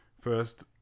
first